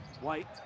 White